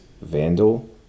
Vandal